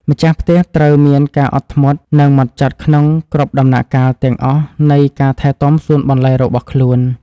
ម្ចាស់ផ្ទះត្រូវមានការអត់ធ្មត់ និងហ្មត់ចត់ក្នុងគ្រប់ដំណាក់កាលទាំងអស់នៃការថែទាំសួនបន្លែរបស់ខ្លួន។